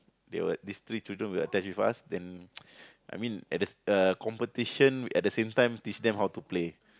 they were these three children were attached with us then I mean at this uh competition at the same time teach them how to play